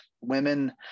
women